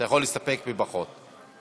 אתה יכול להסתפק בפחות.